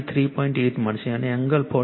8 મળશે અને એંગલ 43